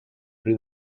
riu